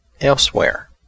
elsewhere